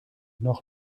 noch